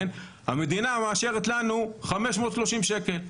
המדינה מאשרת לנו 530 שקלים.